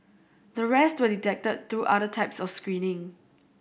the rest were detected through other types of screening